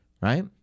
right